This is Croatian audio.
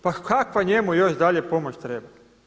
Pa kakva njemu još dalje pomoć treba?